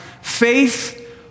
faith